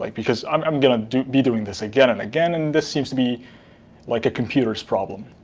like because i'm i'm going to be doing this again and again. and this seems to be like a computer's problem.